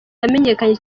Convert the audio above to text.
yamenyekanye